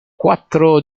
quattro